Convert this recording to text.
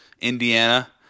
indiana